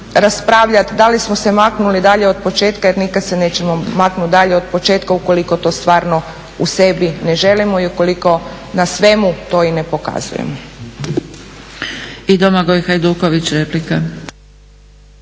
raspravljati da li smo se maknuli dalje od početka jer nikad se nećemo maknuti dalje od početka ukoliko to stvarno u sebi ne želimo i ukoliko na svemu to i ne pokazujemo. **Zgrebec, Dragica